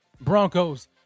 Broncos